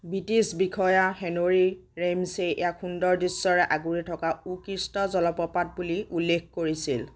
British বিষয়া Henry Ramsay ইয়াক সুন্দৰ দৃশ্যৰে আগুৰি থকা উৎকৃষ্ট জলপ্ৰপাত বুলি উল্লেখ কৰিছিল